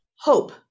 hope